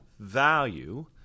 value